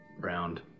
Round